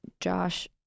Josh